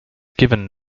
given